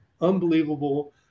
unbelievable